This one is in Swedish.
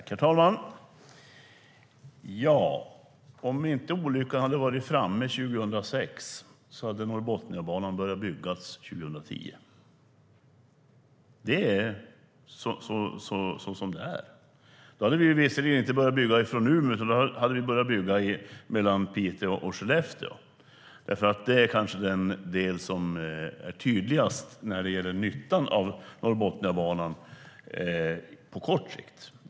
Herr talman! Om inte olyckan hade varit framme 2006 hade Norrbotniabanan börjat byggas 2010. Det är så det är. Då hade vi visserligen inte börjat bygga från Umeå, utan mellan Piteå och Skellefteå. Det är kanske den del som är tydligast när det gäller nyttan av Norrbotniabanan på kort sikt.